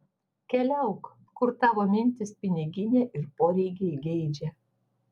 keliauk kur tavo mintys piniginė ir poreikiai geidžia